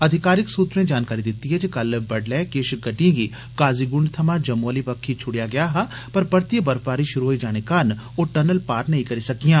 अधिकारिक सूर्वे जानकारी दिती ऐ कल बड्डलै किश गड्डियें गी काजीगुंड थमां जम्मू अली बक्खी छुड़ेया गेया हा पर परतियै बर्फबारी शुरु होई जाने कारण ओ टनल पार नेई करी सकियां